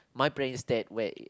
my brain is dead way